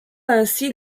ainsi